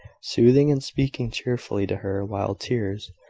soothing and speaking cheerfully to her, while tears,